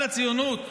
על הציונות?